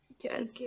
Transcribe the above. Yes